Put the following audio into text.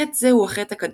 חטא זה הוא החטא הקדמון,